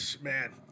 man